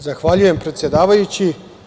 Zahvaljujem, predsedavajući.